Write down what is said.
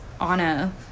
Anna